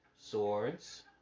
Swords